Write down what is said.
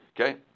Okay